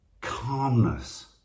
calmness